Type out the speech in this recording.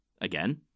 again